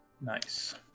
nice